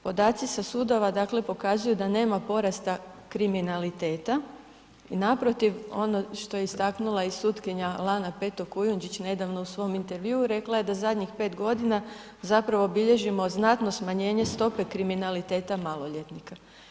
Podaci sa sudova dakle pokazuju da nema porasta kriminaliteta, naprotiv ono što je istaknula i sutkinja Lana Peto Kujundžić nedavno u svom intervjuu, rekla je da zadnjih 5 g. zapravo bilježimo znatno smanjenje stope kriminaliteta maloljetnika.